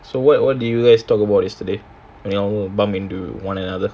so what what do you guys talk about yesterday when you all bump into one another